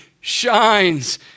shines